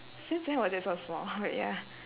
since when was it so small but ya